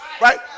Right